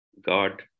God